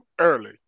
early